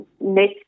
net